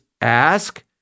Ask